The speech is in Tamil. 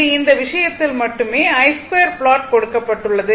இது இந்த விஷயத்தில் மட்டுமே i2 ப்ளாட் கொடுக்கப்பட்டுள்ளது